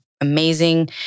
amazing